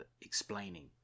explaining